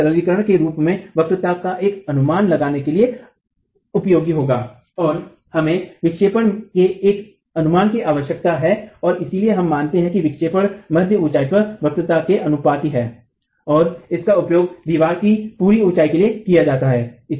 जो एक सरलीकरण के रूप में वक्रता का एक अनुमान लगाने के लिए उपयोगी होगा और हमें विक्षेपण के एक अनुमान की आवश्यकता है और इसलिए हम मानते हैं कि विक्षेपण मध्य ऊंचाई पर वक्रता के आनुपातिक है और इसका उपयोग दीवार की पूरी ऊंचाई के लिए किया जाता है